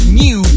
new